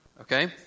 Okay